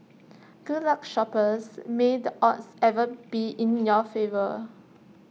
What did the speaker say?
good luck shoppers may the odds ever be in your favour